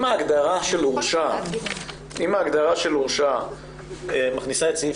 אם ההגדרה של "הורשע" מכניסה את סעיף